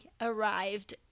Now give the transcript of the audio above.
arrived